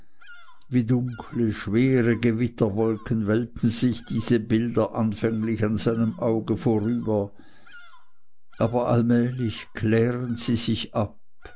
wie dunkle schwere gewitterwolken wälzen sich diese bilder anfänglich an seinem auge vorüber aber allmählich klären sie sich ab